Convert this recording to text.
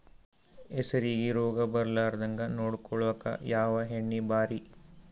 ಹೆಸರಿಗಿ ರೋಗ ಬರಲಾರದಂಗ ನೊಡಕೊಳುಕ ಯಾವ ಎಣ್ಣಿ ಭಾರಿ?